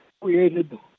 Created